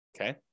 okay